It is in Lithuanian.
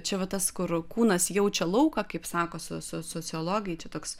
čia va tas kur kūnas jaučia lauką kaip sako so so sociologai čia toks